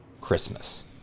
Christmas